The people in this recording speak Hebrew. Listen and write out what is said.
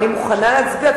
אני מוכנה להצביע.